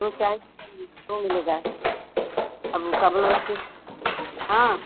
जो चाहे सो मिलेगा और वो का बोलाला की हाँ